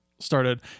started